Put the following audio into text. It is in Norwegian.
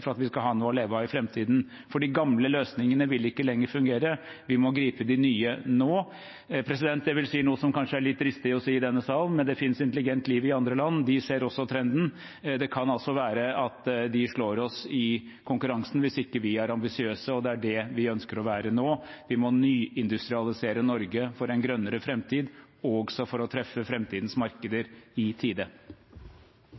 for at vi skal ha noe å leve av i framtiden. For de gamle løsningene vil ikke lenger fungere. Vi må gripe de nye nå. Jeg vil si noe som kanskje er litt dristig å si i denne sal: Det finnes intelligent liv i andre land. De ser også trenden. Det kan være at de slår oss i konkurransen hvis vi ikke er ambisiøse. Det er det vi ønsker å være nå. Vi må nyindustrialisere Norge for en grønnere framtid, også for å treffe framtidens markeder